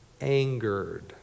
angered